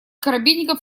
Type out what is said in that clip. коробейников